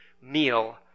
meal